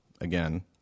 again